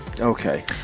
Okay